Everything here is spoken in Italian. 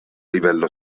livello